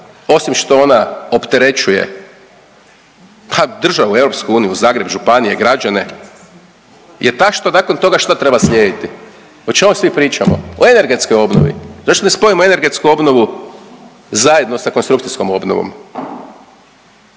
osim što ona opterećuje, pa državu, EU, Zagreb, županije, građane je ta što nakon toga šta treba slijediti, o čemu svi pričamo, o energetskoj obnovi, zašto ne spojimo energetsku obnovu zajedno sa konstrukcijskom obnovom,